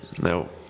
No